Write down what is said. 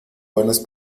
buenas